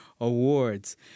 awards